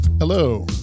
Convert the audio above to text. Hello